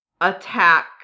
attack